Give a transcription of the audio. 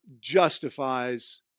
justifies